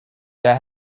they